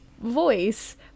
voice